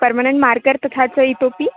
permanent marker तथा च इतोऽपि